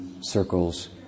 circles